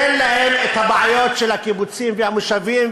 תן להם את הבעיות של הקיבוצים והמושבים,